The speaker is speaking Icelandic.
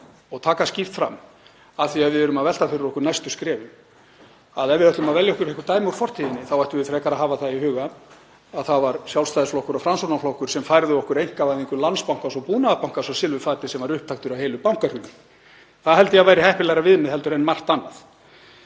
og taka skýrt fram, af því að við erum að velta fyrir okkur næstu skrefum, að ef við ætlum að velja okkur einhver dæmi úr fortíðinni þá ættum við frekar að hafa það í huga að það voru Sjálfstæðisflokkur og Framsóknarflokkur sem færðu okkur einkavæðingu Landsbankans og Búnaðarbankans á silfurfati, sem var upptaktur að heilu bankahruni. Það held ég að væri heppilegra viðmið en margt annað.